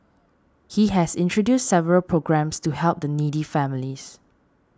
he has introduced several programmes to help the needy families